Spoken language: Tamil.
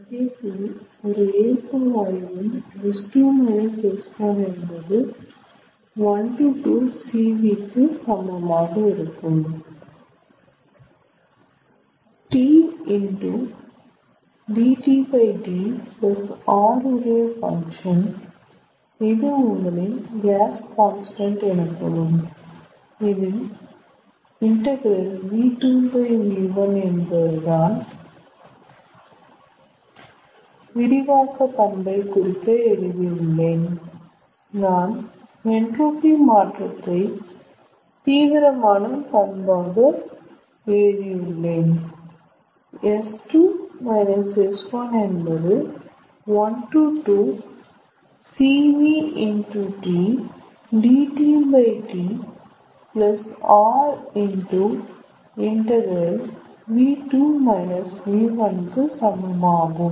அதேபோல் ஒரு ஏற்ப வாயுவின் S2 S1 என்பது 1 to 2 Cv கு சமமாக இருக்கும் T dT T R உடைய பங்க்ஷன் இது உங்களின் காஸ் கான்ஸ்டன்ட் எனப்படும் இதில் lnV2V1 என்பது நான் விரிவாக்க பண்பை குறிக்க எழுதி உள்ளேன் நான் என்ட்ரோபி மாற்றத்தை தீவிரமான பண்பாக எழுதி உள்ளேன் S2 S1 என்பது 1 to 2 Cv dTT R ln V2V1 கு சமமாகும்